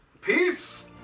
Peace